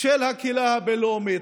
של הקהילה הבין-לאומית.